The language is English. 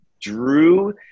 drew